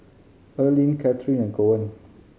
Erling Katheryn and Cohen